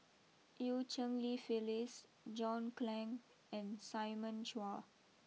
Eu Cheng Li Phyllis John Clang and Simon Chua